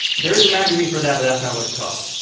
there is a magazine for that, but that's not what it's called.